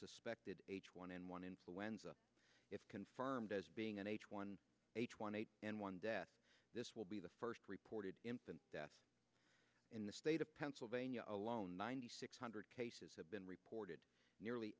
suspected h one n one influenza if confirmed as being an h one h one n one death this will be the first reported infant deaths in the state of pennsylvania alone ninety six hundred cases have been reported nearly